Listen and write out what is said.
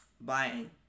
Buying